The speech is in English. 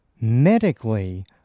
medically